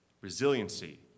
Resiliency